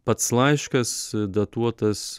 pats laiškas datuotas